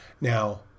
now